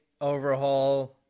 overhaul